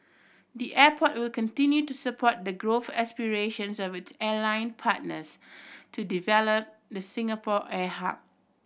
the airport will continue to support the growth aspirations of its airline partners to develop the Singapore air hub